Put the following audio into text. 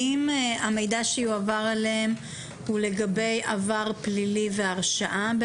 האם המידע שיועבר אליהם הוא לגבי עבר פלילי והרשעה,